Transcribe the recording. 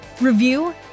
review